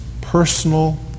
personal